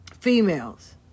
females